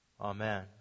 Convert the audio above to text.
Amen